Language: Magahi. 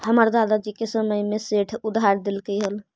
हमर दादा जी के समय में सेठ उधार देलकइ हल